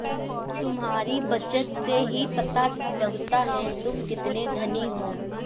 तुम्हारी बचत से ही पता लगता है तुम कितने धनी हो